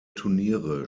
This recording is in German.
turnier